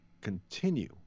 continue